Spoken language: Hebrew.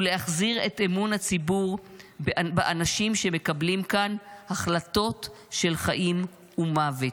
ולהחזיר לציבור את האמון באנשים שמקבלים כאן החלטות של חיים ומוות.